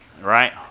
right